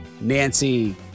Nancy